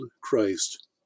Christ